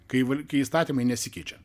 kai val kai įstatymai nesikeičia